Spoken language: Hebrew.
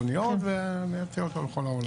אוניות ולייצא אותו לכל העולם.